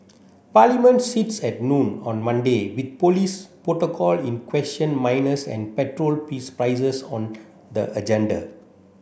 parliament sits at noon on Monday with police protocol in question minors and petrol peace prices on the agenda